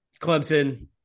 Clemson